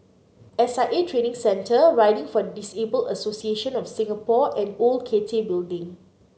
S I A Training Centre Riding for the Disabled Association of Singapore and Old Cathay Building